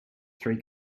three